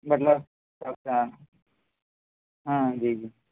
مطلب اچھا ہاں جی جی